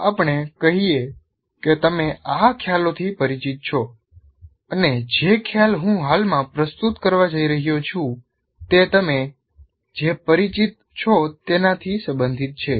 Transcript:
ચાલો આપણે કહીએ કે તમે આ ખ્યાલોથી પરિચિત છો અને જે ખ્યાલ હું હાલમાં પ્રસ્તુત કરવા જઈ રહ્યો છું તે તમે જે પરિચિત છો તેનાથી સંબંધિત છે